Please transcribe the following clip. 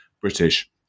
British